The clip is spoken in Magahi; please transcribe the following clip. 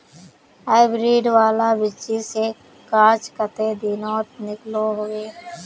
हाईब्रीड वाला बिच्ची से गाछ कते दिनोत निकलो होबे?